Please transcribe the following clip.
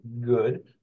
good